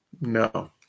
No